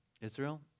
Israel